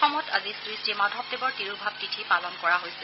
অসমত আজি শ্ৰীশ্ৰীমাধৱদেৱৰ তিৰোভাৱ তিথি পালন কৰা হৈছে